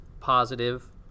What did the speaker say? positive